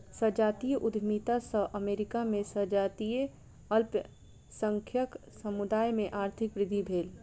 संजातीय उद्यमिता सॅ अमेरिका में संजातीय अल्पसंख्यक समुदाय में आर्थिक वृद्धि भेल